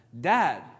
dad